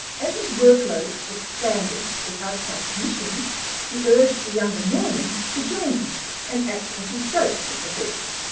as his workload expanded with outside commissions he urged the younger norman to join him and act as his ghost of the hawk,